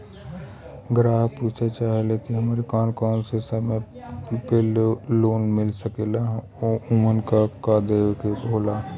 ग्राहक पुछत चाहे ले की हमे कौन कोन से समान पे लोन मील सकेला ओमन का का देवे के होला?